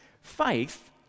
Faith